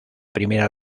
primera